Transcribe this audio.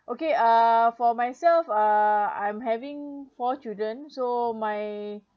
okay uh for myself uh I'm having four children so my